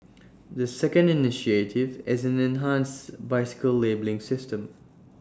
the second initiative is an enhanced bicycle labelling system